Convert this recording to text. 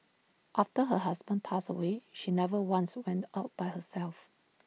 after her husband passed away she never once went out by herself